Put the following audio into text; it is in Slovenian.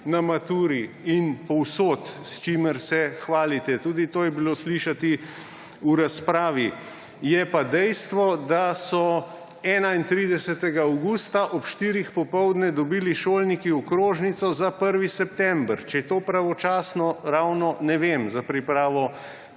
na maturi in povsod, s čimer se hvalite. Tudi to je bilo slišati v razpravi. Je pa dejstvo, da so 31. avgusta ob štirih popoldne dobili šolniki okrožnico za 1. september. Če je to pravočasno, ravno ne vem, za pripravo